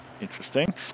Interesting